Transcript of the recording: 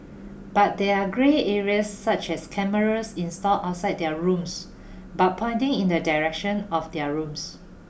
but there are grey areas such as cameras installed outside their rooms but pointing in the direction of their rooms